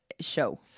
show